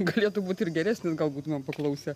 galėtų būt ir geresnis gal būtumėm paklausę